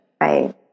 right